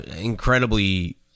incredibly